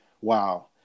Wow